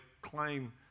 claim